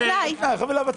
אני רוצה